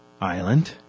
island